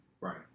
right